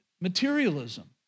materialism